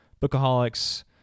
bookaholics